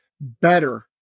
better